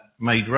made